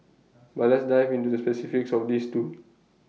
but let's dive into the specifics of these two